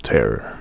Terror